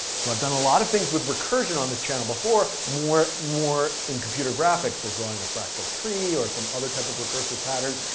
so i've done a lot of things with recursion on this channel before, more more in computer graphic or drawing a fractal tree or some other type of recursive pattern,